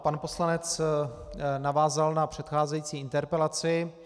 Pan poslanec navázal na předcházející interpelaci.